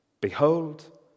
Behold